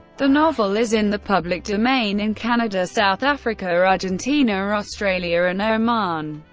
the novel is in the public domain in canada, south africa, argentina, australia, and oman.